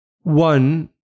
One